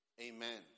Amen